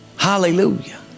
Hallelujah